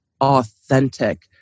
authentic